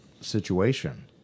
situation